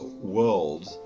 world